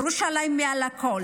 ירושלים מעל הכול.